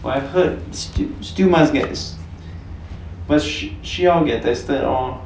I've heard still still must get 需要 get tested all